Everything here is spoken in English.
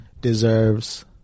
deserves